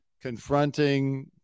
confronting